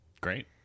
Great